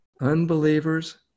Unbelievers